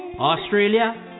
Australia